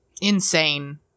insane